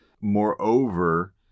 moreover